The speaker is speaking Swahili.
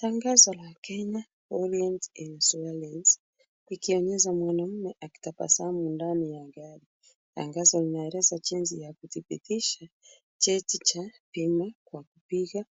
Tangazo la Kenya Orient Insurance ikionesha mwanaume akitabasamu ndani ya gari. Tangazo inaeleza jinsi ya kudhibitisha cheti cha bima kwa kupiga